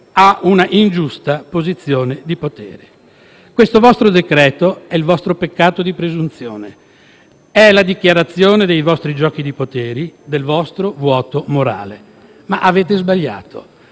a una ingiusta posizione di potere». Questo decreto è il vostro peccato di presunzione, è la dichiarazione dei vostri giochi di potere e del vostro vuoto morale, ma avete sbagliato.